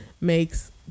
makes